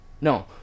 No